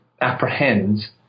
apprehends